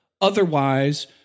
otherwise